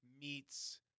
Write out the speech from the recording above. meets